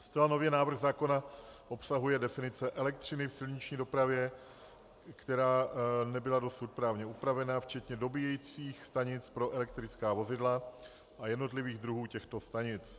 Zcela nově návrh zákona obsahuje definice elektřiny v silniční dopravě, která nebyla dosud právně upravena, včetně dobíjecích stanic pro elektrická vozidla a jednotlivých druhů těchto stanic.